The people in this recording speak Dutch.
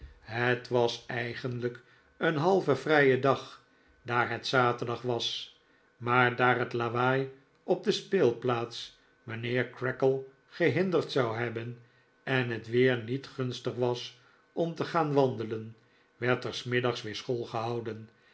het was eigenlijk een halve vrije dag daar het zaterdag was maar daar het lawaai op de speelplaats mijnheer creakle gehinderd zou hebben en het weer niet gunstig was om te gaan wandelen werd er s middags weer school gehouden